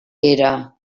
era